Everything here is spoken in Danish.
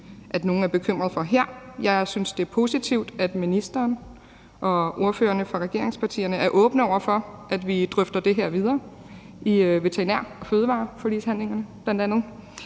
at nogle her er bekymrede for. Jeg synes, det er positivt, at ministeren og ordførerne fra regeringspartierne er åbne over for, at vi drøfter det her videre i bl.a. veterinær- og fødevareforligsforhandlingerne,